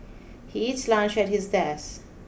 he eats lunch at his desk